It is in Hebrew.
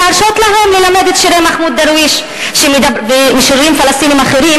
ולהרשות להם ללמד את שירי מחמוד דרוויש ומשוררים פלסטינים אחרים,